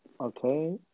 Okay